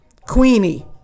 Queenie